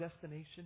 destination